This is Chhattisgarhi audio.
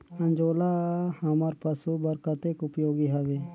अंजोला हमर पशु बर कतेक उपयोगी हवे?